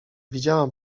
widziałam